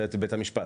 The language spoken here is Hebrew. זה בית המשפט.